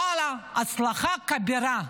ואללה, הצלחה כבירה,